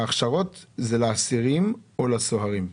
ההכשרות הן לאסירים או לסוהרים?